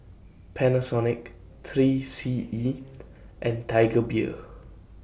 Panasonic three C E and Tiger Beer